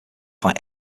fight